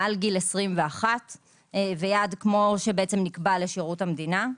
מעל גיל 21 ויעד כמו שנקבע לשירות המדינה.